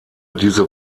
diese